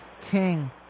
King